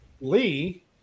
Lee